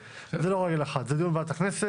זה לא על רגל אחת, זה דיון בוועדת הכנסת.